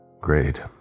Great